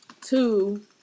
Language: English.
Two